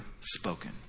spoken